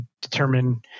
determine